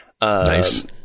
Nice